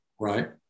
Right